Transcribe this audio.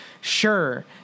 Sure